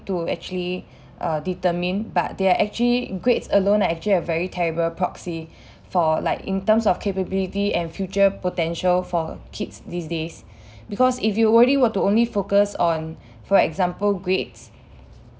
to actually uh determine but they are actually grades alone are actually a very terrible proxy for like in terms of capability and future potential for kids these days because if you're already were to only focus on for example grades